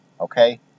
Okay